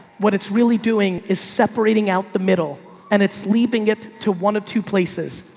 what it's really doing is separating out the middle and it's leaping it to one of two places.